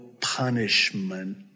punishment